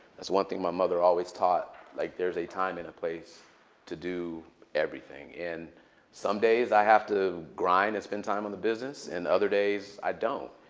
that's one thing my mother always taught, like there's a time and a place to do everything. and some days i have to grind and spend time on the business. and other days i don't.